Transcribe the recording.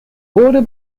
wurde